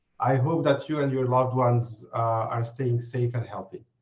i hope that you and your loved ones are staying safe and healthy.